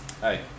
Hey